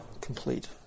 complete